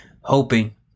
hoping